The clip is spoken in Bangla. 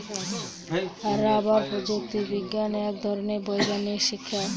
রাবার প্রযুক্তি বিজ্ঞান এক ধরনের বৈজ্ঞানিক শিক্ষা